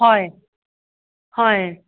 হয় হয়